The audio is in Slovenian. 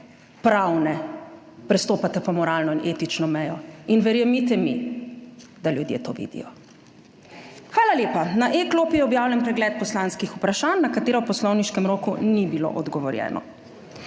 pravne, prestopate pa moralno in etično mejo. In verjemite mi, da ljudje to vidijo. Hvala lepa. Na e-klopi je objavljen pregled poslanskih vprašanj, na katera v poslovniškem roku ni bilo odgovorjeno.